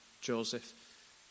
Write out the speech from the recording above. Joseph